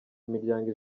imiryango